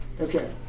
Okay